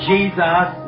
Jesus